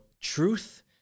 truth